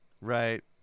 Right